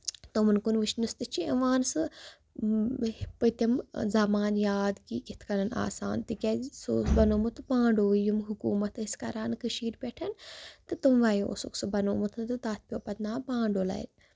تِمن کُن وٕچھنس تہِ چھُ یِوان سُہ پٔتِم زَمان یاد کہِ کِتھ کنۍ آسان تِکیازِ سُہ اوس بَنوومُت بنڈوو یِم حکوٗمَت ٲسۍ کران کٔشیٖر پٮ۪ٹھ تہٕ تِموے اوسُکھ سُہ بَنوومُت تہٕ تَتھ پیو پَتہٕ ناو پانڈولرِ